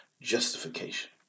justification